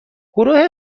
گروه